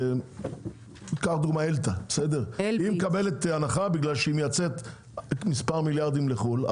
היא מקבלת הנחה בגלל שהיא מייצאת מספר מיליארדים לחו"ל,